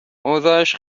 اوضاش